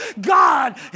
God